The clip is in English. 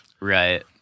Right